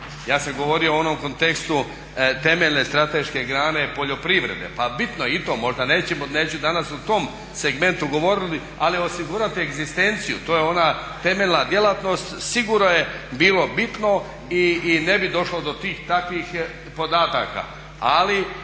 Ja sam govorio u onom kontekstu temeljne strateške grane poljoprivrede, pa bitno je i to. Možda neću danas o tom segmentu govoriti, ali osigurati egzistenciju. To je ona temeljna djelatnost. Sigurno je bilo bitno i ne bi došlo do tih takvih podataka.